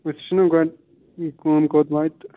أسۍ وُچھو نا گۄڈٕ یہِ کٲم کوٚت واتہِ تہٕ